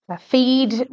feed